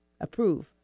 Approve